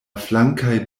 flankaj